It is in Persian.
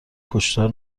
کشتار